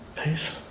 peace